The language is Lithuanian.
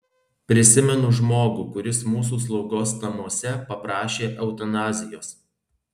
prisimenu žmogų kuris mūsų slaugos namuose paprašė eutanazijos